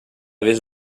vist